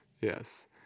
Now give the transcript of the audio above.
Yes